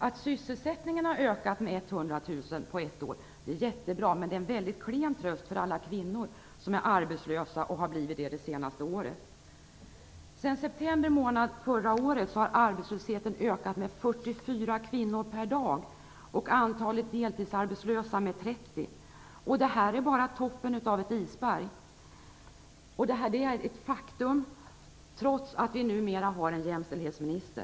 Att sysselsättningen har ökat med 100 000 på ett år är bra, men det är en klen tröst för alla kvinnor som är arbetslösa och har blivit det det senaste året. Sedan september förra året har arbetslösheten ökat med 44 kvinnor per dag, antalet deltidsarbetslösa med 30. Det här är bara toppen av ett isberg. Detta är ett faktum, trots att vi numera har en jämställdhetsminister.